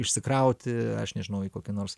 išsikrauti aš nežinojau į kokį nors